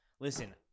Listen